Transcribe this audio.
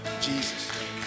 Jesus